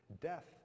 death